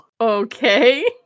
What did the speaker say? Okay